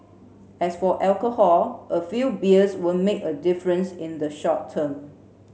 as for alcohol a few beers won't make a difference in the short term